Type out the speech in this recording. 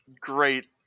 great